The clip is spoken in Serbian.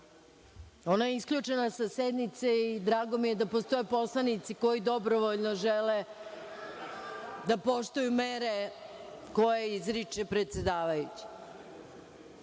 Ona je isključena sa sednice i drago mi je da postoje poslanici koji dobrovoljno žele da poštuju mere koje izriče predsedavajući. Da